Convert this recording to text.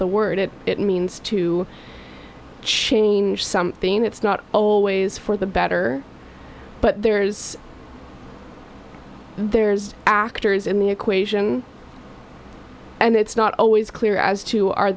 the word it it means to change something it's not always for the better but there's there's actors in the equation and it's not always clear as to are